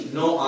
no